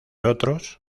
otros